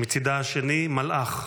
מצידה השני, מלאך,